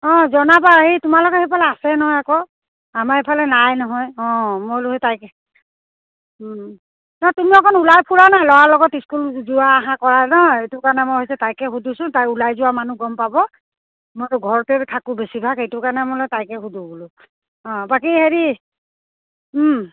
অঁ জনাবা এই তোমালোকৰ সেইফালে আছে নহয় আকৌ আমাৰ এইফালে নাই নহয় অঁ মই বোলো তাইকে নহয় তুমি অকণ ওলাই ফুৰা নাই ল'ৰাৰ লগত স্কুল যোৱা অহা কৰা ন এইটো কাৰণে মই ভাবিছোঁ তাইকে সোধোঁচোন তাই ওলাই যোৱা মানুহ গম পাব মইতো ঘৰতে থাকোঁ বেছিভাগ এইটো কাৰণে বোলো তাইকে সোধোঁ বোলো অঁ বাকী হেৰি